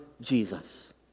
Jesus